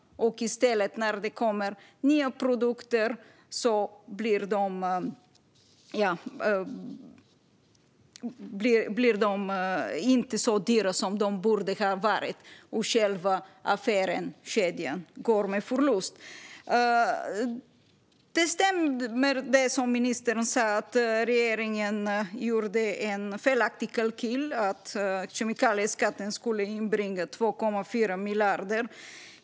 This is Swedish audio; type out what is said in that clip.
När det kommer nya produkter blir de inte så dyra som de borde vara, och själva affären eller kedjan går med förlust. Det som ministern sa stämmer. Regeringen gjorde en felaktig kalkyl om att kemikalieskatten skulle inbringa 2,4 miljarder.